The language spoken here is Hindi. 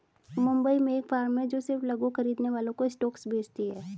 मुंबई में एक फार्म है जो सिर्फ लघु खरीदने वालों को स्टॉक्स बेचती है